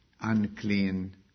unclean